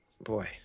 boy